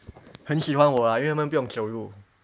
很喜欢我啊因为他们不用走路